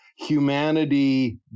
humanity